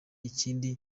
ikindi